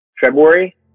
February